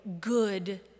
good